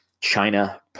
China